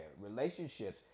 Relationships